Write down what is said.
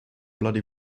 bloody